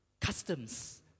customs